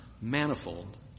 manifold